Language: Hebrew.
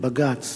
לבג"ץ